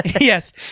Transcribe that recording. Yes